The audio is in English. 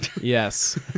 Yes